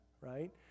right